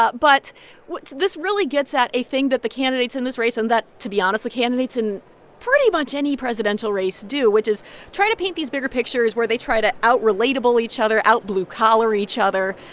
but but this really gets at a thing that the candidates in this race and that, to be honest, the candidates in pretty much any presidential race do, which is try to paint these bigger pictures where they try to out-relatable each other, out-blue-collar each other.